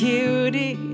Beauty